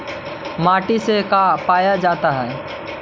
माटी से का पाया जाता है?